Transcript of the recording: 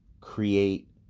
create